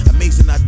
Amazing